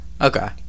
Okay